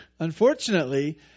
Unfortunately